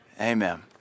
Amen